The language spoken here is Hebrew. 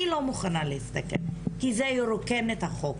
אני לא מוכנה להסתכן בזה, כי זה ירוקן את החוק